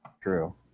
True